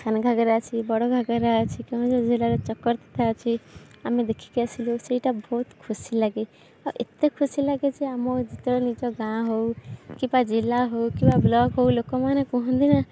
ସାନ ଘାଗେରା ଅଛି ବଡ଼ ଘାଗେରା ଅଛି କେନ୍ଦୁଝର ଜିଲ୍ଲାରେ ଚକ୍ରତୀର୍ଥ ଅଛି ଆମେ ଦେଖିକି ଆସିଲୁ ସେଇଟା ବହୁତ ଖୁସି ଲାଗେ ଆଉ ଏତେ ଖୁସି ଲାଗେ ଯେ ଆମ ଯେତେବେଳେ ନିଜ ଗାଁ ହଉ କିମ୍ବା ଜିଲ୍ଲା ହଉ କିମ୍ବା ବ୍ଲକ୍ ହଉ ଲୋକମାନେ କୁହନ୍ତି ନା